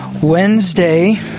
Wednesday